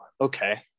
okay